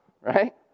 Right